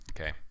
Okay